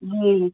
जी